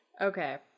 Okay